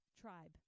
tribe